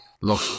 Look